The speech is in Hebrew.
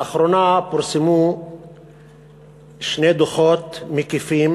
לאחרונה פורסמו שני דוחות מקיפים